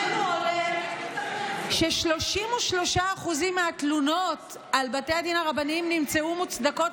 שממנו עולה ש-33% מהתלונות על בתי הדין הרבניים נמצאו מוצדקות,